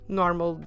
normal